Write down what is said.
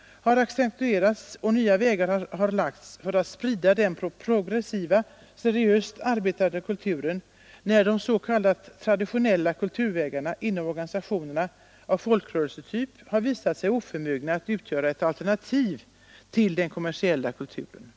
har accentuerats, och nya vägar har lagts för att sprida den progressiva, seriöst arbetande kulturen när de s.k. traditionella kulturvägarna inom organisationerna av folkrörelsetyp har visat sig inte kunna utgöra ett alternativ till den kommersiella kulturen.